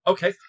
Okay